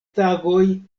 tagoj